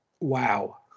wow